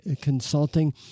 Consulting